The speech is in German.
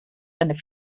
eine